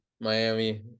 Miami